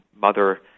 mother